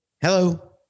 Hello